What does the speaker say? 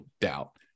doubt